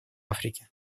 африки